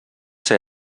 ser